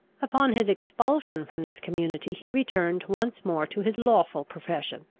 upon his expulsion from this community he returned once more to his lawful profession,